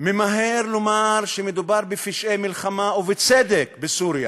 ממהר לומר שמדובר בפשעי מלחמה, ובצדק, בסוריה,